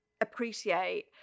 appreciate